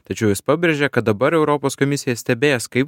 tačiau jis pabrėžė kad dabar europos komisija stebės kaip